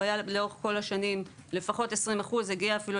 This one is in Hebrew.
לאורך כל השנים הוא היה לפחות 20% והוא אפילו הגיע